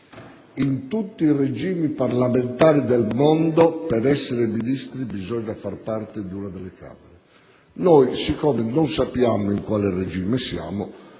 In tutti i regimi parlamentari del mondo, per essere Ministri bisogna far parte di una Camera. Poiché noi non sappiamo in quale regime siamo,